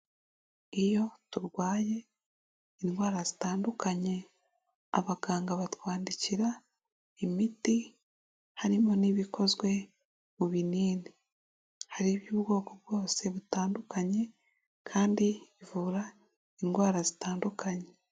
Iyo turwaye indwara zitandukanye abaganga batwandikira imiti harimo n'iba ikozwe mu binini hari iby'ubwoko bwose butandukanye kandi bivura indwara zitandukanye.